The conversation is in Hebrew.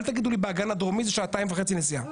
ואל תגידו לי באגן הדרומי כי זה שעתיים וחצי נסיעה.